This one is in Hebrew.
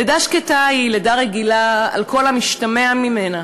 לידה שקטה היא לידה רגילה, על כל המשתמע ממנה.